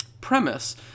premise